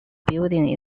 building